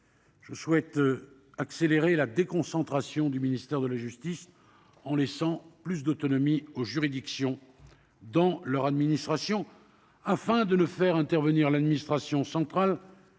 Je souhaite accélérer la déconcentration du ministère de la justice en laissant plus d'autonomie aux juridictions dans leur administration, afin de ne faire intervenir l'administration centrale